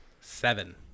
Seven